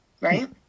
Right